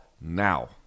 now